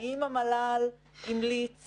האם המל"ל המליץ